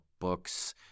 books